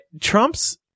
Trump's